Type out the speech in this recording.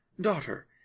Daughter